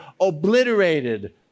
obliterated